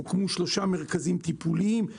הוקמו שלושה מרכזים טיפוליים,